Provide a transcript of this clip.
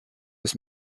was